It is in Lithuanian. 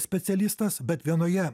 specialistas bet vienoje